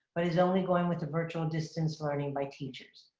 but it's only going with the virtual distance learning by teachers.